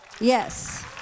Yes